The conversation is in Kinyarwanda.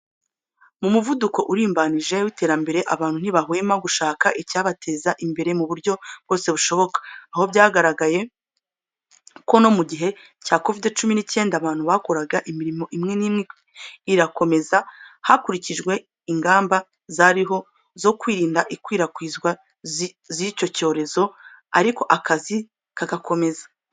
Mu muvuduko urimbanije w'iterambere abantu ntibahwema gushaka icyabateza imbere mu buryo bwose bushoboka. Aho byagaragaye ko no mu gihe cya kovide cumi n'icyenda abantu barakoraga imirimo imwe n'imwe irakomeza hakurikijwe ingamba zariho zo kwirinda ikwirakwizwa z'icyo cyorezo ariko akazi kagakomeza.